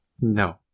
No